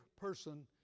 person